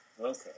Okay